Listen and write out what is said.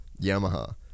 Yamaha